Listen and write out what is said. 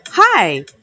Hi